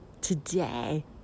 Today